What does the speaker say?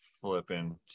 flipping